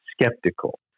skeptical